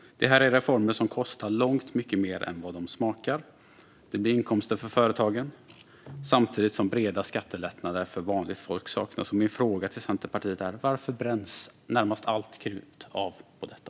Det här är reformer som kostar långt mycket mer än de smakar. Det blir inkomster för företagen samtidigt som breda skattelättnader för vanligt folk saknas. Min fråga till Centerpartiet är: Varför bränns närmast allt krut av på detta?